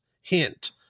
hint